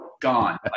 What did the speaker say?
gone